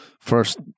first